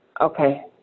okay